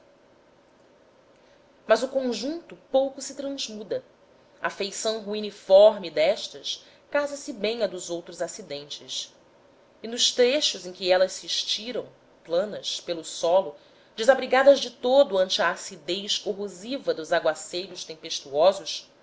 mas o conjunto pouco se transmuda à feição ruiniforme destas casa-se bem à dos outros acidentes e nos trechos em que elas se estiram planas pelo solo desabrigadas de todo ante a acidez corrosiva dos aguaceiros